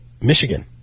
Michigan